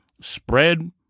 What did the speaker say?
spread